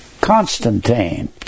Constantine